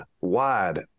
wide